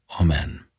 Amen